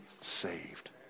saved